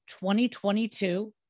2022